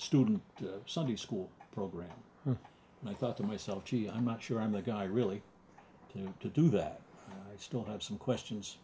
student to sunday school program and i thought to myself gee i'm not sure i'm the guy really here to do that i still have some questions